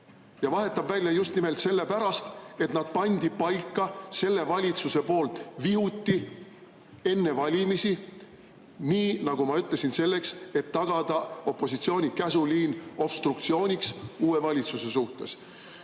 Ja vahetab välja just nimelt selle pärast, et nad pandi paika selle valitsuse poolt vihuti enne valimisi selleks, nii nagu ma ütlesin, et tagada opositsiooni käsuliin obstruktsiooniks uue valitsuse suhtes.